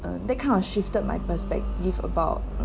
uh that kind of shifted my perspective about